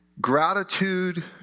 Gratitude